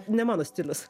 ne mano stilius